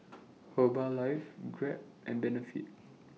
Herbalife Grab and Benefit